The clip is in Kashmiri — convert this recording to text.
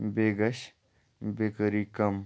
بیٚیہِ گَژھِ بیکٲری کم